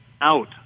out